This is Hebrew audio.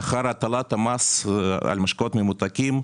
לאחר הטלת המס על משקאות ממותקים.